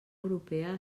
europea